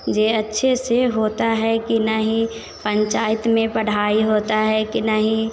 जे अच्छे से होता है कि नहीं पंचायत में पढ़ाई होता है कि नहीं